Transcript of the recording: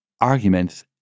arguments